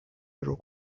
little